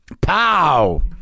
Pow